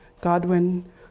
Godwin